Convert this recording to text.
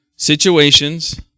situations